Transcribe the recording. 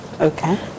Okay